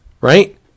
right